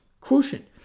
quotient